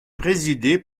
présidé